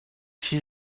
six